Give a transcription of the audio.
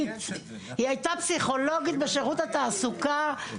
היא הייתה פסיכולוגית בשירות התעסוקה,